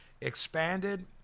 expanded